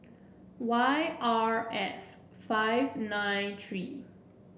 Y R F five nine three